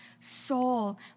soul